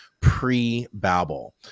pre-Babel